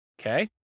Okay